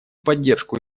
поддержку